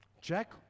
Jack